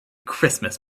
christmas